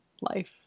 life